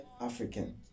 African